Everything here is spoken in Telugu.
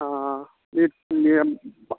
ఆ అ మీరు మీ బా